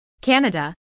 Canada